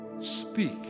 speak